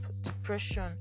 depression